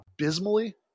abysmally